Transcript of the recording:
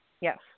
Yes